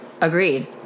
agreed